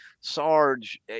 Sarge